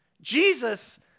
Jesus